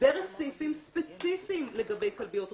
דרך סעיפים ספציפיים לגבי כלביות רשות,